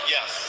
Yes